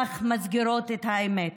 אך מסגירות את האמת.